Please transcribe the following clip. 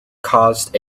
caused